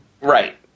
Right